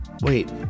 wait